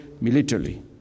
militarily